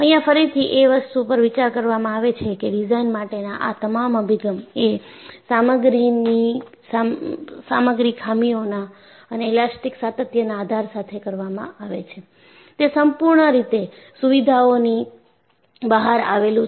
અહિયાં ફરીથી એ વસ્તુ પર વિચાર કરવામાં આવે છે કે ડિઝાઇન માટેના આ તમામ અભિગમ એ સામગ્રીની સામગ્રી ખામીઓના અને ઈલાસ્ટીક સાતત્યના આધાર સાથે કરવામાં આવે છે તે સંપૂર્ણપણે રીતે સુવિધાઓની બહાર આવેલું છે